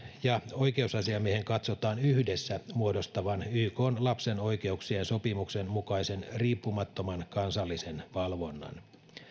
ja oikeusasiamiehen katsotaan yhdessä muodostavan ykn lapsen oikeuksien sopimuksen mukaisen riippumattoman kansallisen valvonnan